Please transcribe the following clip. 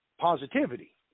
Positivity